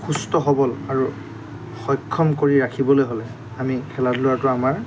সুস্থ সবল আৰু সক্ষম কৰি ৰাখিবলৈ হ'লে আমি খেলা ধূলাটো আমাৰ